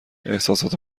احسسات